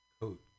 coat